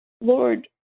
Lord